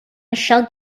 michelle